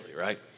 right